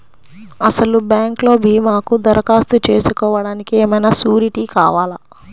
అసలు బ్యాంక్లో భీమాకు దరఖాస్తు చేసుకోవడానికి ఏమయినా సూరీటీ కావాలా?